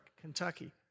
Kentucky